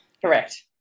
Correct